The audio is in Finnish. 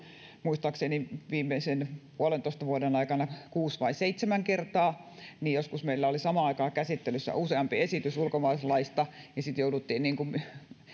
muistaakseni viimeisen puolentoista vuoden aikana kuusi vai seitsemän kertaa niin joskus meillä oli samaan aikaan käsittelyssä useampi esitys ulkomaalaislaista ja sitten jouduttiin